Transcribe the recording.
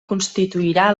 constituirà